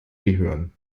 gehören